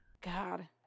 God